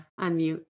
unmute